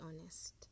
honest